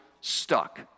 stuck